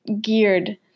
geared